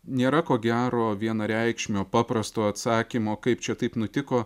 nėra ko gero vienareikšmio paprasto atsakymo kaip čia taip nutiko